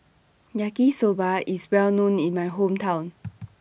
Yaki Soba IS Well known in My Hometown